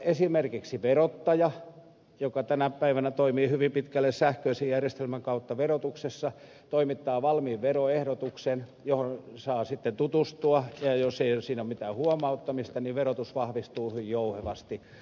esimerkiksi verottaja joka tänä päivänä toimii hyvin pitkälle sähköisen järjestelmän kautta verotuksessa toimittaa valmiin veroehdotuksen johon saa sitten tutustua ja jos ei siinä ole mitään huomauttamista niin verotus vahvistuu hyvin jouhevasti